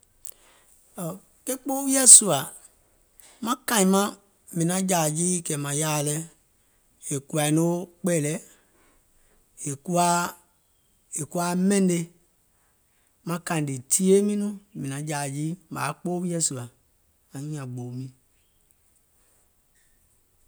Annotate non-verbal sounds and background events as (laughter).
(hesitation) Ke kpoo wiɛ̀ sùȧ mìŋ naŋ jȧȧ jii kɛ̀ màŋ yaà lɛ̀, è kùwȧìŋ noo kpɛ̀ɛ̀lɛ̀, yè kuwaa yè kuwaa mɛ̀ne, maŋ kàìŋ ɗì tìyèe miiŋ nɔŋ mìŋ jȧȧ jii mȧŋ yaȧ kpoo wiɛ̀ sùȧ anyùùŋ nyaŋ gbòò mìŋ. S